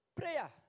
Prayer